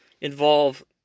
involve